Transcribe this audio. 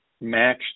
match